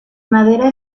madera